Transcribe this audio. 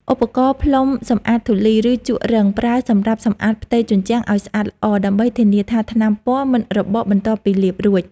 ឧបករណ៍ផ្លុំសម្អាតធូលី ឬជក់រឹង ប្រើសម្រាប់សម្អាតផ្ទៃជញ្ជាំងឱ្យស្អាតល្អ ដើម្បីធានាថាថ្នាំពណ៌មិនរបកបន្ទាប់ពីលាបរួច។